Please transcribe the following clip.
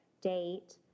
date